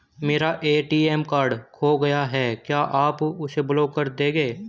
मेरा ATM card खो गया है क्या आप उसे ब्लॉक कर देंगे?